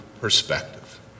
perspective